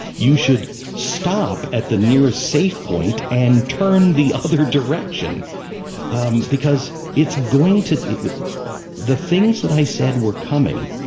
you should stop at the nearest safe point and turn the other direction um because it's going to the things that i said were coming,